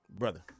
Brother